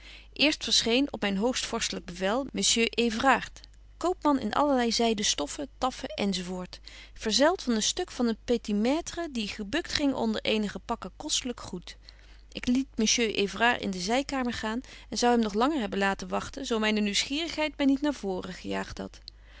eerst verscheen op myn hoogvorstelyk bevel monsieur evrard koopman in allerlei zyden stoffen taffen enz verzelt van een stuk van een petitmaitre die gebukt ging onder eenige pakken kostelyk goed ik liet monsieur evrard in de zykamer gaan en zou hem nog langer hebben laten wagten zo myne nieuwsgierigheid my niet naar voren gejaagt hadt